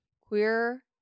Queer